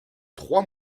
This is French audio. trois